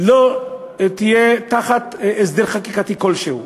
לא יהיה תחת הסדר חקיקתי כלשהו.